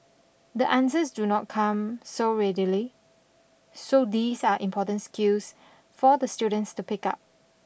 the answers do not come so readily so these are important skills for the students to pick up